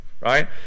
Right